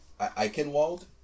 Eichenwald